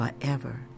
forever